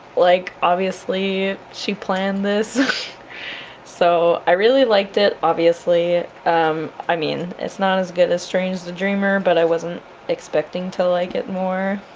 like obviously she planned this so i really liked it, obviously i mean it's not as good as strange the dreamer but i wasn't expecting to like it more